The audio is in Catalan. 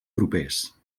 propers